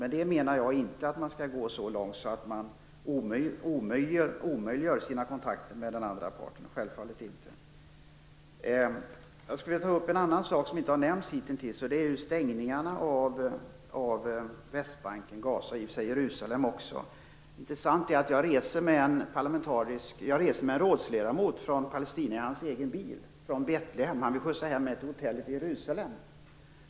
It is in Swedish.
Med detta menar jag inte att man skall gå så långt att man omöjliggör sina kontakter med den andra parten, självfallet inte. Jag vill ta upp en annan sak som hitintills inte har nämnts, och det är stängningarna av Västbanken, Gaza och i och för sig också Jerusalem. Jag reste med en palestinsk rådsledamot i hans bil. Han ville skjutsa mig från Betlehem och till mitt hotell i Jerusalem.